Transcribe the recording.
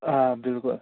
آ بِلکُل